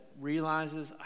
realizes